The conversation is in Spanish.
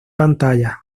pantallas